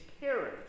parents